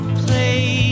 play